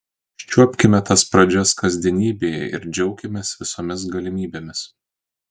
užčiuopkime tas pradžias kasdienybėje ir džiaukimės visomis galimybėmis